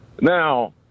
Now